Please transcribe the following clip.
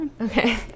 Okay